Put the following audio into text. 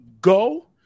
go